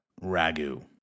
ragu